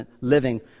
living